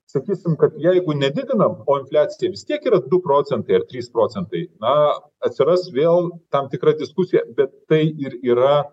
sakysim kad jeigu nedidinam o infliacija vis tiek yra du procentai ar trys procentai na atsiras vėl tam tikra diskusija bet tai ir yra